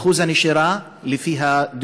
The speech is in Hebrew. אחוז הנשירה, גם לפי הדירוג,